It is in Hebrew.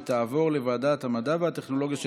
ותעבור לוועדת המדע והטכנולוגיה של